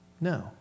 No